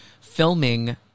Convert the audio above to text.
filming